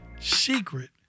secret